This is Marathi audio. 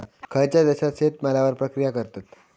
खयच्या देशात शेतमालावर प्रक्रिया करतत?